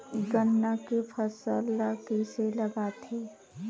गन्ना के फसल ल कइसे लगाथे?